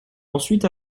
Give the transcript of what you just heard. ensuite